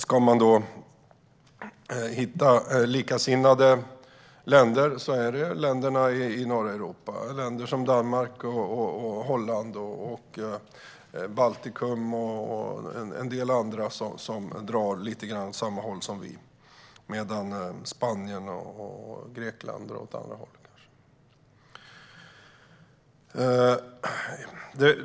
Ska vi då hitta likasinnade länder är det länderna i norra Europa, till exempel Danmark, Holland, Baltikum och en del andra, som drar lite grann åt samma håll som vi, medan Spanien och Grekland kanske drar åt andra hållet.